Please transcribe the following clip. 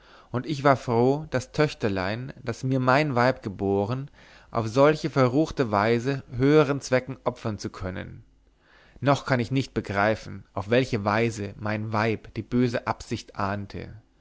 und ich war froh das töchterlein das mir mein weib geboren auf solche verruchte weise höheren zwecken opfern zu können noch kann ich nicht begreifen auf welche weise mein weib die böse absicht ahnte